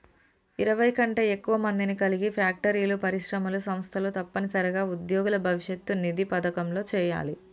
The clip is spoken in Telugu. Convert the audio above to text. ఇరవై కంటే ఎక్కువ మందిని కలిగి ఫ్యాక్టరీలు పరిశ్రమలు సంస్థలు తప్పనిసరిగా ఉద్యోగుల భవిష్యత్ నిధి పథకంలో చేయాలి